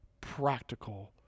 practical